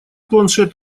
планшет